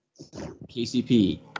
KCP